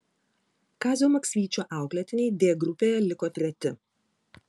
kazio maksvyčio auklėtiniai d grupėje liko treti